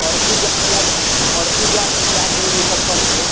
परसू जाएला देलक परसू जायके जायके हइ मुजफ्फरपुर